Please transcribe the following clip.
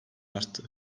arttı